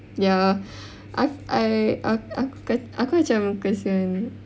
ya ak~ I ak~ aku aku macam kasihan